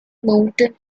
mountain